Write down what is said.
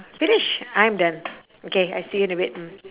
finish I'm done okay I see you in a bit mm